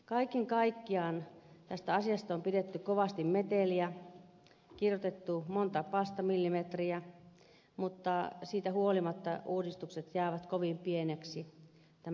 kaiken kaikkiaan tästä asiasta on pidetty kovasti meteliä kirjoitettu monta palstamillimetriä mutta siitä huolimatta uudistukset jäävät kovin pieniksi tämän lain myötä